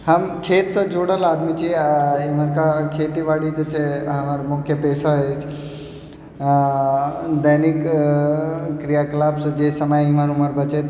हम खेतसँ जुड़ल आदमी छी एहिमे तऽ खेती बाड़ी जे छै हमर मुख्य पेशा अछि आ दैनिक क्रिया कलापसँ जे समय एमहर उम्हर बचैत